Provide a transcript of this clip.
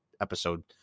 episode